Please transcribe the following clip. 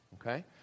okay